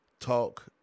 talk